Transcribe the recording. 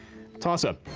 toss-up.